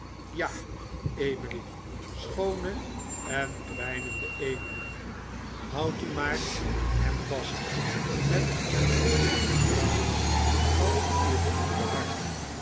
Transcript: ja emily schoone en kwijnende emily houd u maar aan hem vast met het volste vertrouwen van uw gewonde hart